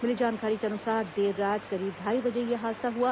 मिली जानकारी के अनुसार देर रात करीब ढ़ाई बजे यह हादसा हुआ